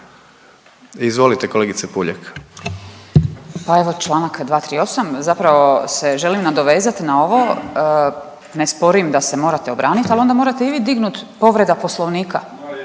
Marijana (Centar)** Pa evo čl. 238. zapravo se želim nadovezat na ovo, ne sporim da se morate obranit, ali onda morate i vi dignut povreda poslovnika